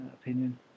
opinion